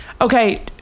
okay